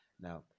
Now